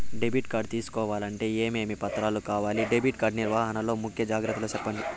Debit card తీసుకోవాలంటే ఏమేమి పత్రాలు కావాలి? డెబిట్ కార్డు నిర్వహణ లో ముఖ్య జాగ్రత్తలు సెప్పండి?